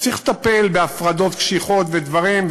וצריך לטפל בהפרדות קשיחות, ודברים,